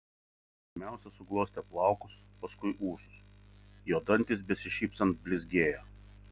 pirmiausia suglostė plaukus paskui ūsus jo dantys besišypsant blizgėjo